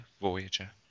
Voyager